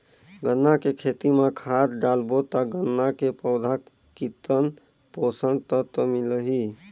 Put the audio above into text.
गन्ना के खेती मां खाद डालबो ता गन्ना के पौधा कितन पोषक तत्व मिलही?